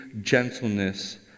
gentleness